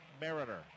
Mariner